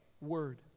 word